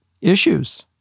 issues